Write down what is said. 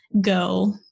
go